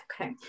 Okay